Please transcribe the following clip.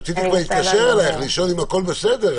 רציתי כבר להתקשר אלייך, לשאול אם הכול בסדר.